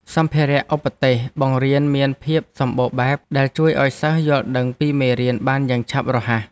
សម្ភារៈឧបទេសបង្រៀនមានភាពសម្បូរបែបដែលជួយឱ្យសិស្សយល់ដឹងពីមេរៀនបានយ៉ាងឆាប់រហ័ស។